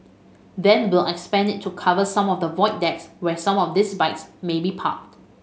then we'll expand it to cover some of the void decks where some of these bikes may be parked